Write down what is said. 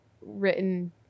written